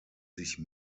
sich